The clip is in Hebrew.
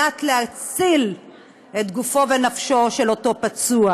להציל את גופו ונפשו של אותו פצוע.